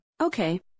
Okay